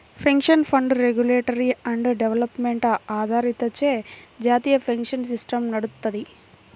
pension fund regulatory and development అథారిటీచే జాతీయ pension system నడుత్తది